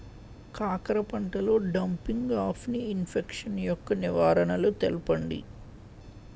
కాకర పంటలో డంపింగ్ఆఫ్ని ఇన్ఫెక్షన్ యెక్క నివారణలు తెలపండి?